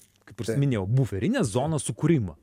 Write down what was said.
kaip ir minėjau buferinės zonos sukūrimą